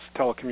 telecommunications